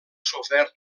sofert